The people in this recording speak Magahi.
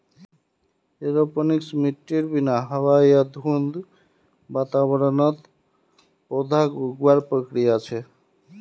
एरोपोनिक्स मिट्टीर बिना हवा या धुंध वातावरणत पौधाक उगावार प्रक्रिया छे